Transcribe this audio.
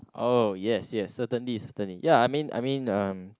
uh yes yes certainly certainly ya I mean I mean uh